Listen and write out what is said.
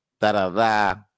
Da-da-da